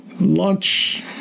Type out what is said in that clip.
Launch